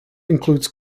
includes